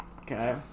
Okay